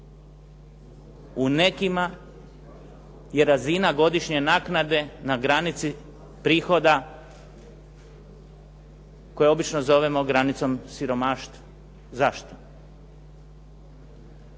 U nekima je razina godišnje naknade na granici prihoda koje obično zovemo granicom siromaštva. Zašto?